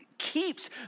keeps